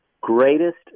greatest